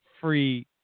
free